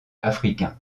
africain